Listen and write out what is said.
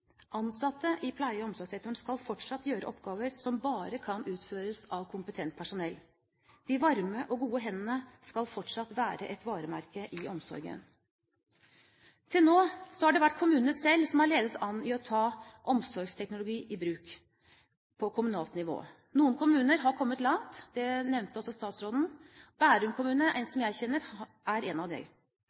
Ansatte i pleie- og omsorgssektoren skal fortsatt gjøre oppgaver som bare kan utføres av kompetent personell. De varme og gode hendene skal fortsatt være et varemerke i omsorgen. Til nå har det vært kommunene selv som har ledet an i å ta omsorgsteknologi i bruk på kommunalt nivå. Noen kommuner har kommet langt – det nevnte også statsråden. Bærum kommune, som jeg kjenner, er en av dem. De